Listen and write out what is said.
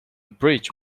bridge